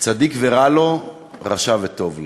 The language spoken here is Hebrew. צדיק ורע לו, רשע וטוב לו.